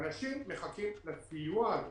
ואנשים מחכים לסיוע הזה